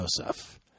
Joseph